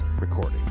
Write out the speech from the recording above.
recording